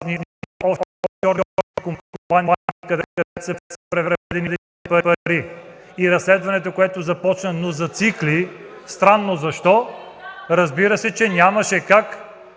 и разследването, което започна, но зацикли, странно защо, разбира се, че нямаше как